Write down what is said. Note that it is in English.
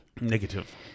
Negative